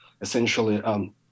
Essentially